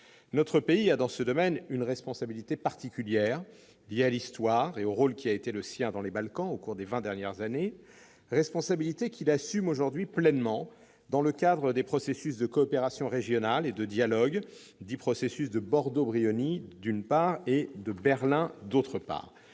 Notre pays a dans ce domaine une responsabilité particulière, liée à l'histoire et au rôle qui a été le sien dans les Balkans au cours des vingt dernières années, responsabilité qu'il assume aujourd'hui pleinement dans le cadre des processus de coopération régionale et de dialogue, le processus de Brdo-Brioni, d'une part, et de Berlin, d'autre part.